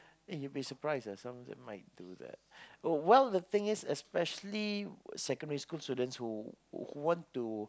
eh you be surprised ah some of them might do that oh well the thing is especially secondary school students who who who want to